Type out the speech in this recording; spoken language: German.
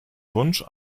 wunsch